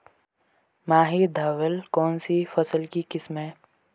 माही धवल कौनसी फसल की किस्म है?